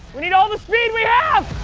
we need all the speed we have!